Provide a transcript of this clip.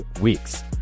weeks